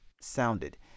sounded